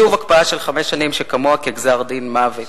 שוב, הקפאה של חמש שנים שכמוה כגזר-דין מוות.